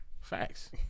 Facts